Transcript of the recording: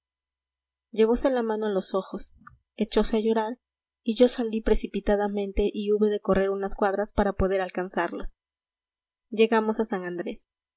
llevóse la mano a los ojos echóse a llorar y yo salí precipitadamente y hube de correr unas cuadras para poder alcanzarlos llegamos a san andrés